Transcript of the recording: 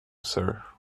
sir